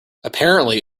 apparently